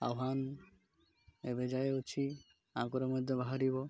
ଆହ୍ୱାନ ଏବେ ଯାଏ ଅଛି ଆଗରେ ମଧ୍ୟ ବାହାରିବ